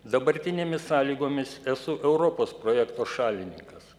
dabartinėmis sąlygomis esu europos projekto šalininkas